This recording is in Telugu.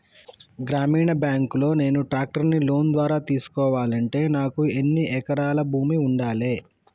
గ్రామీణ బ్యాంక్ లో నేను ట్రాక్టర్ను లోన్ ద్వారా తీసుకోవాలంటే నాకు ఎన్ని ఎకరాల భూమి ఉండాలే?